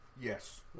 Yes